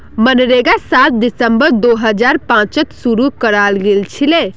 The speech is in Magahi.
मनरेगा सात दिसंबर दो हजार पांचत शूरू कराल गेलछिले